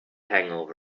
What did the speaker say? hangover